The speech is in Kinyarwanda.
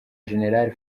gen